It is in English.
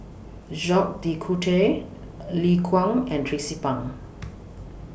Jacques De Coutre Liu Kang and Tracie Pang